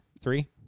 Three